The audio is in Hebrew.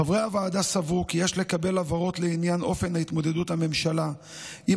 חברי הוועדה סברו כי יש לקבל הבהרות לעניין אופן התמודדות הממשלה עם